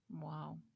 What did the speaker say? Wow